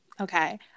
Okay